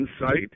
insight